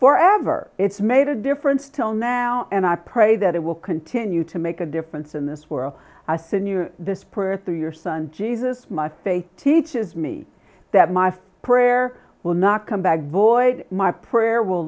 for ever it's made a difference till now and i pray that it will continue to make a difference in this world i send you this per through your son jesus my faith teaches me that my for prayer will not come back void my prayer will